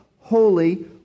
holy